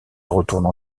retournent